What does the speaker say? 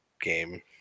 game